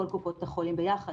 כל קופות החולים ביחד,